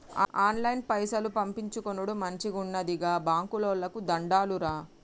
ఆన్లైన్ల పైసలు పంపిచ్చుకునుడు మంచిగున్నది, గా బాంకోళ్లకు దండాలురా